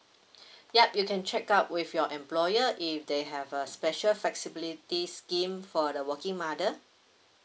yup you can check up with your employer if they have a special flexibility scheme for the working mother